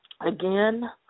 Again